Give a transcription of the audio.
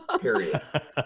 period